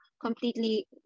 completely